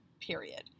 period